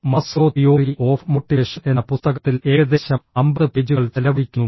Maslow theory of motivation എന്ന പുസ്തകത്തിൽ ഏകദേശം 50 പേജുകൾ ചെലവഴിക്കുന്നു